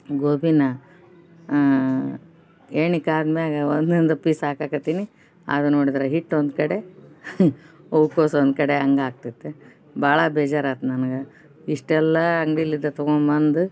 ಗೋಬಿನ ಎಣ್ಣೆ ಕಾದ ಮ್ಯಾಗೆ ಒಂದೋನು ಪೀಸ್ ಹಾಕಕತ್ತಿನಿ ಆಗ ನೋಡಿದ್ರೆ ಹಿಟ್ಟು ಒಂದು ಕಡೆ ಹೂಕೋಸ್ ಒಂದು ಕಡೆ ಹಂಗ್ ಆಗ್ತಿತ್ತು ಭಾಳ ಬೇಜರಾತು ನನಗೆ ಇಷ್ಟೆಲ್ಲ ಅಂಗ್ಡಿಲಿಂದ ತಗೊಬಂದು